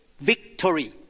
Victory